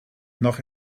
nach